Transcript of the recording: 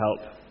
help